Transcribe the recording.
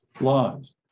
laws